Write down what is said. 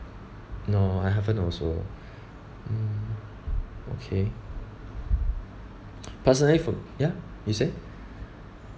no I haven't also mm okay personally for ya you say